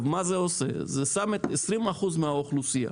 זה שם 20% מהאוכלוסייה